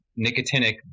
nicotinic